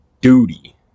duty